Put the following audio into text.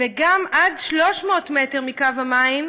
מקו המים,